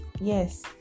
yes